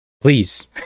please